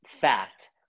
fact